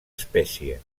espècie